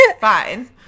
fine